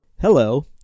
Hello